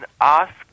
ask